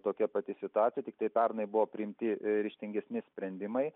tokia pati situacija tiktai pernai buvo priimti ryžtingesni sprendimai